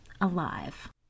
alive